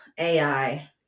AI